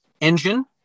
engine